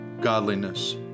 godliness